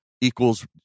equals